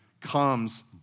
comes